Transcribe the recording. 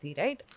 right